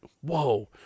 whoa